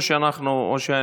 לא.